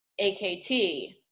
AKT